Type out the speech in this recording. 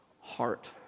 heart